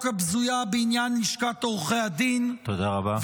הבזויה בעניין לשכת עורכי הדין -- תודה רבה.